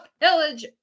Pillage